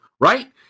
Right